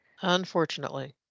unfortunately